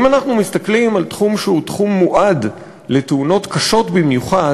אם אנחנו מסתכלים על תחום שהוא תחום מועד לתאונות קשות במיוחד,